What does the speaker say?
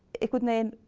it was known.